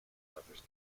authors